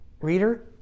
reader